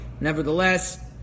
nevertheless